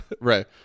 Right